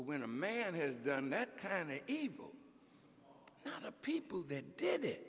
when a man has done that kind of evil the people that did it